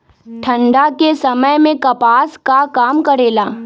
ठंडा के समय मे कपास का काम करेला?